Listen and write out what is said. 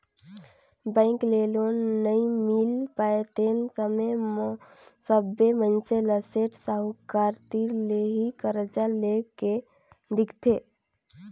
bank ले loan नइ मिल पाय तेन समे म सबे मइनसे ल सेठ साहूकार तीर ले ही करजा लेए के दिखथे